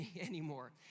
anymore